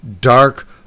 dark